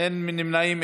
אין נמנעים,